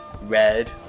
red